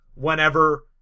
whenever